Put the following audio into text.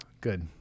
good